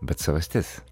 bet savastis